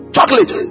Chocolate